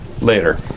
later